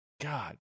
God